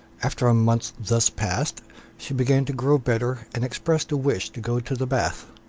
after a month thus passed she began to grow better, and expressed a wish to go to the bath.